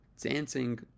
dancing